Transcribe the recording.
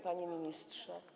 Panie ministrze?